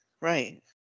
Right